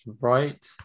right